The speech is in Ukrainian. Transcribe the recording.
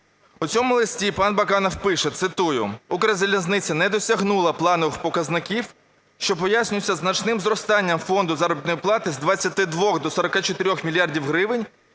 У цьому листі пан Баканов пише, цитую: "Укрзалізниця не досягнула планових показників, що пояснюється значним зростанням фонду заробітної плати з 22 до 44 мільярдів гривень.